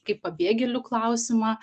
kaip pabėgėlių klausimą